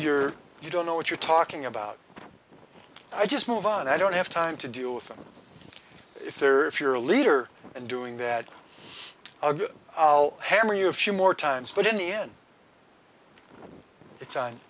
your you don't know what you're talking about i just move on i don't have time to deal with them if they're if you're a leader and doing that a good hammer you a few more times but in the end it's on